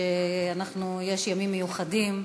יש ימים מיוחדים,